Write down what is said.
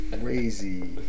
crazy